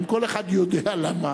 כל אחד יודע למה.